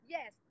Yes